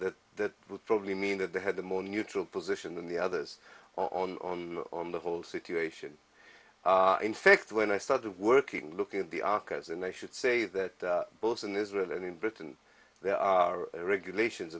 that that would probably mean that they had a more neutral position than the others on the on the whole situation in fact when i started working looking at the archives and they should say that both in israel and in britain there are regulations